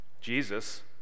Jesus